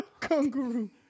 kangaroo